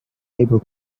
able